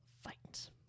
fight